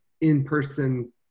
in-person